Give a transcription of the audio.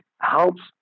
helps